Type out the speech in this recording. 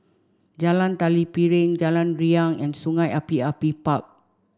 Jalan Tari Piring Jalan Riang and Sungei Api Api Park